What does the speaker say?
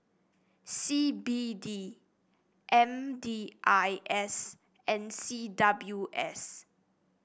C B D M D I S and C W S